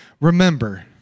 Remember